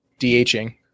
DHing